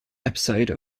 episode